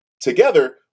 Together